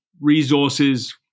resources